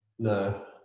No